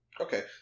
Okay